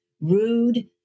rude